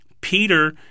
Peter